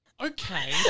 Okay